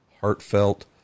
heartfelt